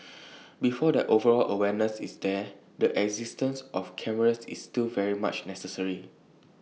before that overall awareness is there the existence of cameras is still very much necessary